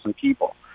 people